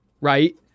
right